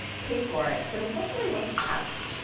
pay for it, but especially with apps,